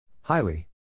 Highly